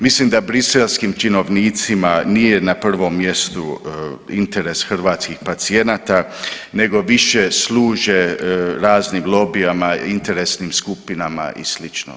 Mislim da briselskim činovnicima nije na prvom mjestu interes hrvatskih pacijenata nego više služe raznim lobijama, interesnim skupinama i slično.